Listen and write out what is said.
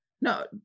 No